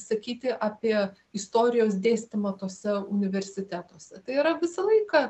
sakyti apie istorijos dėstymą tuose universitetuose tai yra visą laiką